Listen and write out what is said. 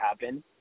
happen